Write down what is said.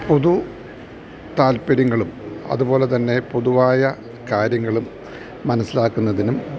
പൊതു താല്പര്യങ്ങളും അതുപോലെ തന്നെ പൊതുവായ കാര്യങ്ങളും മനസ്സിലാക്കുന്നതിനും